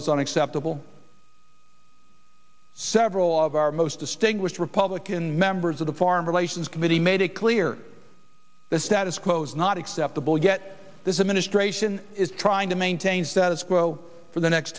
on acceptable several of our most distinguished republican members of the foreign relations committee made it clear the status quo is not acceptable yet this administration is trying to maintain status quo for the next